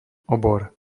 obor